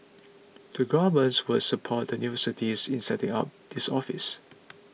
the governments will support the universities in setting up this office